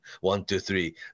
one-two-three